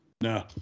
No